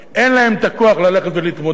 אין להם את הכוח ללכת ולהתמודד